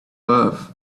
love